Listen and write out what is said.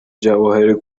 جواهر